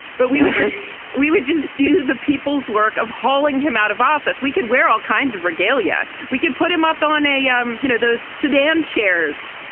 but we would just we would just do the people's work of hauling him out of office. we could wear all kinds of regalia. we could put him up on a, yeah um you know, those sedan chairs.